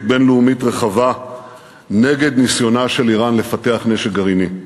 בין-לאומית רחבה נגד ניסיונה של איראן לפתח נשק גרעיני.